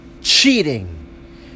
cheating